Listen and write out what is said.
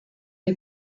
dei